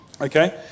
okay